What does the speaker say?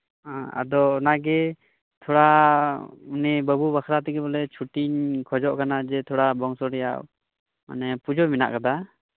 ᱦᱮᱸ ᱟᱫᱚ ᱛᱷᱚᱲᱟᱜᱮ ᱩᱱᱤ ᱵᱟᱹᱵᱩ ᱵᱟᱠᱠᱷᱨᱟ ᱛᱮᱜᱮ ᱪᱷᱩᱴᱤᱧ ᱠᱷᱚᱡᱚᱜ ᱠᱟᱱᱟ ᱛᱷᱚᱲᱟ ᱵᱚᱝᱥᱚ ᱨᱮᱭᱟᱜ ᱢᱟᱱᱮ ᱯᱩᱡᱟᱹ ᱢᱮᱱᱟᱜ ᱠᱟᱫᱟ